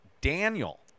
daniel